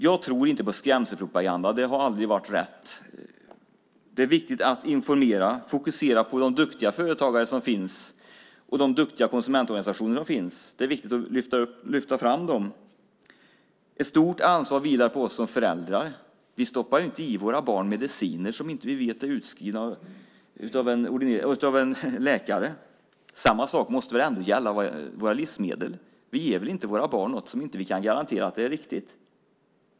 Jag tror inte på skrämselpropaganda. Det har aldrig varit rätt. Det är viktigt att informera och fokusera på de duktiga företagare och konsumentorganisationer som finns. Det är viktigt att lyfta fram dem. Ett stort ansvar vilar på oss som föräldrar. Vi stoppar inte i våra barn mediciner som vi inte vet är utskrivna av en läkare. Samma sak måste väl ändå gälla våra livsmedel. Vi ger väl inte våra barn något som vi inte kan garantera är riktigt.